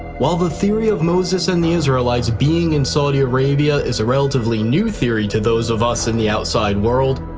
while the theory of moses and the israelites being in saudi arabia is a relatively new theory to those of us in the outside world,